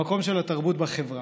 המקום של התרבות בחברה.